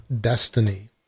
destiny